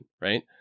right